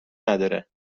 نداره